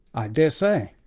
i daresay.